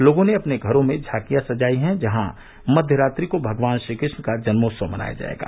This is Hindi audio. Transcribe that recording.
लोगों ने अपने घरों में झांकियां सजायी हैं जहां मध्य रात्रि को भगवान श्रीकृष्ण का जन्मोत्सव मनाया जायेगा